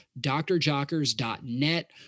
drjockers.net